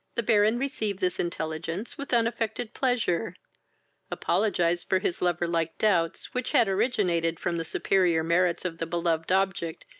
the baron received this intelligence with unaffected pleasure apologized for his lover-like doubts, which had originated from the superior merits of the beloved object,